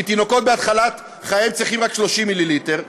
כי תינוקות בהתחלת חייהם צריכים רק 30 מיליליטר,